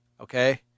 okay